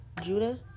Judah